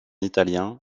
italien